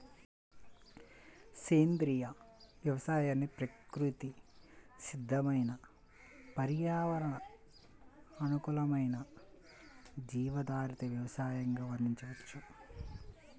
సేంద్రియ వ్యవసాయాన్ని ప్రకృతి సిద్దమైన పర్యావరణ అనుకూలమైన జీవాధారిత వ్యవసయంగా వర్ణించవచ్చు